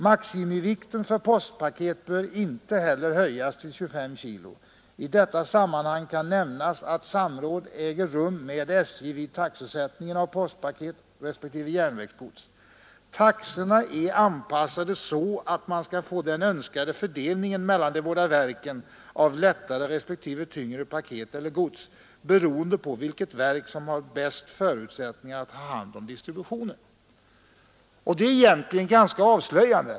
Maximivikten för postpaket bör inte heller höjas till 25 kg. I detta sammanhang kan nämnas att samråd äger rum med SJ vid taxesättningen av postpaket resp. järnvägsgods. Taxorna är anpassade så att man skall få den önskade fördelningen mellan de båda verken av lättare resp. tyngre paket eller gods, beroende på vilket verk som har bäst förutsättningar att 45 ha hand om distributionen.” Detta är egentligen ganska avslöjande.